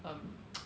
um